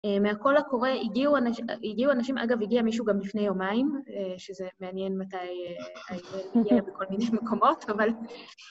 מהקול-הקורא, הגיעו אנשים, אגב, הגיע מישהוא גם לפני יומיים, שזה מעניין מתי היא הגיעה בכל מיני מקומות, אבל...